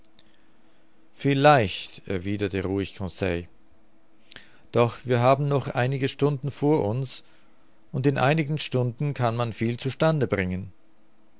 vielleicht erwiderte ruhig conseil doch wir haben noch einige stunden vor uns und in einigen stunden kann man viel zu stande bringen